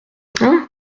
hein